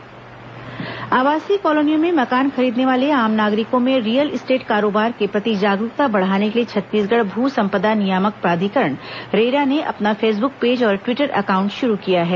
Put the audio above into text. RERA social media आवासीय कॉलोनियों में मकान खरीदने वाले आम नागरिकों में रियल इस्टेट कारोबार के प्रति जागरूकता बढ़ाने के लिए छत्तीसगढ़ भू सम्पदा नियामक प्राधिकरण रेरा ने अपना फेसबुक पेज और ट्विटर एकाउंट शुरू किया है